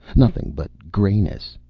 nothing but grayness.